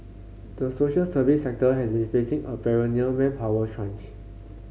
the social service sector has been facing a perennial manpower crunch